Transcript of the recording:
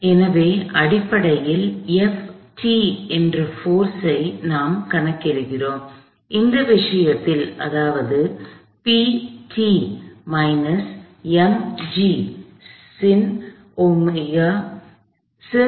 எனவே அடிப்படையில் F என்ற போர்ஸ் ஐ நாம் கணக்கிடுகிறோம் இந்த விஷயத்தில் அதாவது P mg sin α µN